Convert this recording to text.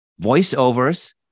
voiceovers